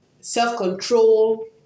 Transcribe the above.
self-control